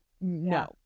no